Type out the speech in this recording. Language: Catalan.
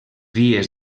vies